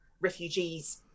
refugees